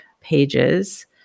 pages